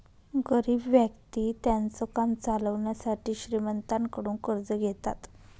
गरीब व्यक्ति त्यांचं काम चालवण्यासाठी श्रीमंतांकडून कर्ज घेतात